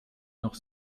noch